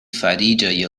fariĝoj